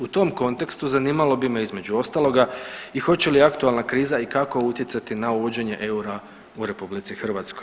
U tom kontekstu zanimalo bi me između ostaloga i hoće li aktualna kriza i kako utjecati na uvođenje eura u RH.